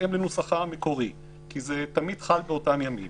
בהתאם לנוסחה המקורי כי זה תמיד חל באותם ימים.